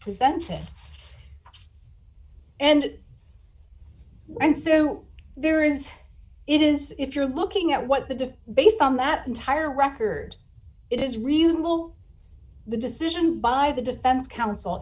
presented and and so there is it is if you're looking at what the defense based on that entire record it is reasonable the decision by the defense counsel